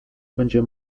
będzie